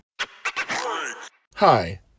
Hi